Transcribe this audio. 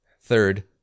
Third